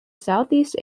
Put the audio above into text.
southeast